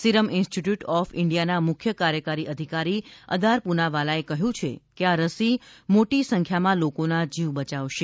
serum Institute of ઇન્ડિયાના મુખ્ય કાર્યકારી અધિકારી અદાર પુનાવાલાએ કહ્યું છે કે આ રસી મોટી સંખ્યામાં લોકોના જીવ બયાવશે